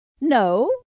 No